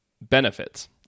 benefits